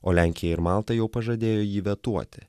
o lenkija ir malta jau pažadėjo jį vetuoti